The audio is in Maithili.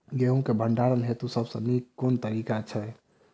गेंहूँ केँ भण्डारण हेतु सबसँ नीक केँ तरीका छै?